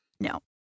No